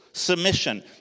Submission